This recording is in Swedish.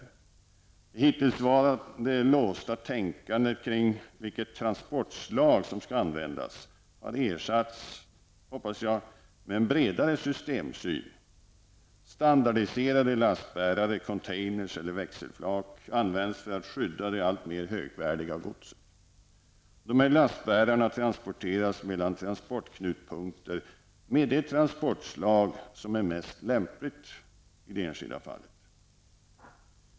Det hittillsvarande låsta tänkandet kring vilket transportslag som skall användas har ersatts, hoppas jag, med en bredare systemsyn. Standardiserade lastbärare, containers eller växelflak, används för att skydda det alltmer högvärdiga godset. Dessa lastbärare transporteras mellan transportknutpunkter med de transportslag som är lämpligast i det enskilda fallet.